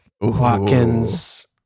Watkins